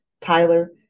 tyler